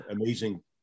amazing